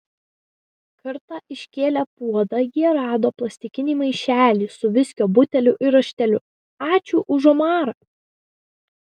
kartą iškėlę puodą jie rado plastikinį maišelį su viskio buteliu ir rašteliu ačiū už omarą